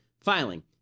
filing